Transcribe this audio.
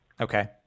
Okay